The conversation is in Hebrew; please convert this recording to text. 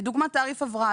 לדוגמה, תעריף הבראה.